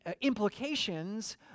implications